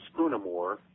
Spoonamore